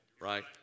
Right